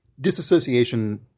disassociation